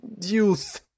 youth